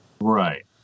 Right